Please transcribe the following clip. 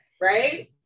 Right